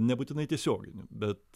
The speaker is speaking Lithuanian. nebūtinai tiesioginiu bet